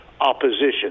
opposition